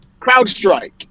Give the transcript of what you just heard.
CrowdStrike